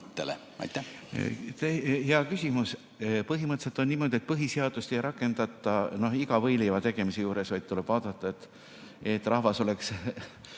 Hea küsimus! Põhimõtteliselt on niimoodi, et põhiseadust ei rakendata iga võileiva tegemisel, vaid tuleb vaadata, et rahvas oleks